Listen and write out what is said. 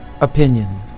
Opinion